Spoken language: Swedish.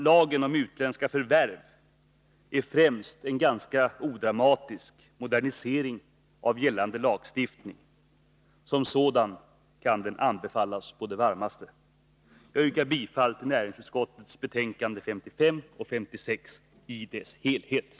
Lagen om utländska förvärv är främst en ganska odramatisk modernisering av gällande lagstiftning. Som sådan kan den anbefallas på det varmaste. Jag yrkar bifall till näringsutskottets hemställan i dess helhet i betänkandena 55 och 56.